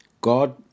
God